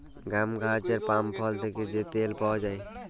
পাম গাহাচের পাম ফল থ্যাকে যে তেল পাউয়া যায়